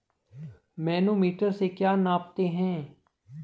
Manometer से क्या नापते हैं?